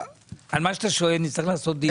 על מה שאתה שואל נצטרך לעשות דיון.